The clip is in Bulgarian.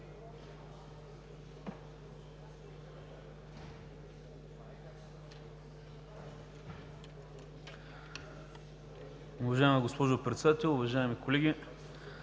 Уважаема госпожо Председател, уважаеми дами